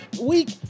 week